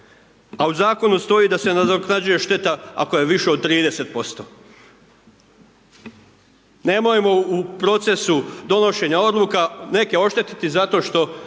a u Zakonu stoji da se nadoknađuje šteta ako je viša od 30%. Nemojmo u procesu donošenja odluka neke oštetiti zato što